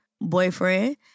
boyfriend